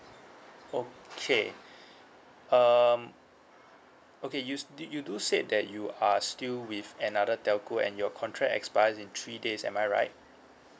okay um okay you s~ you do say that you are still with another telco and your contract expires in three days am I right